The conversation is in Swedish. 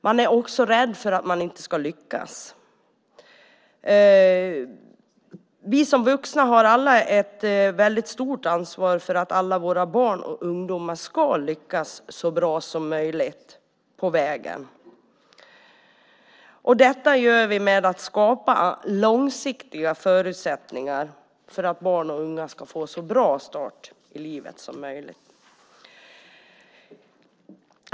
Man är också rädd för att inte lyckas. Vi vuxna har ett stort ansvar för att alla våra barn och ungdomar ska lyckas så bra som möjligt. Det gör vi genom att skapa långsiktiga förutsättningar för att barn och unga ska få en så bra start som möjligt i livet.